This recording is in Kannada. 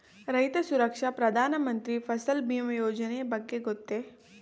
ರೈತ ಸುರಕ್ಷಾ ಪ್ರಧಾನ ಮಂತ್ರಿ ಫಸಲ್ ಭೀಮ ಯೋಜನೆಯ ಬಗ್ಗೆ ಗೊತ್ತೇ?